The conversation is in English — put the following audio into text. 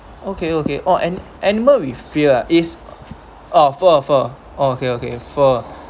okay okay oh an animal with fears ah is oh fur fur okay okay fur